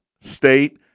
State